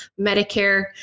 Medicare